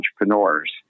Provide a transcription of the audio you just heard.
entrepreneurs